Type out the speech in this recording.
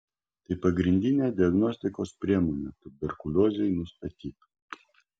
tai pagrindinė diagnostikos priemonė tuberkuliozei nustatyti